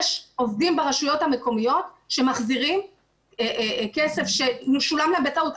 יש עובדים ברשויות המקומיות שמחזירים כסף ששולם להם בטעות.